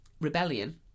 Rebellion